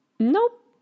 Nope